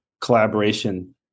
collaboration